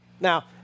Now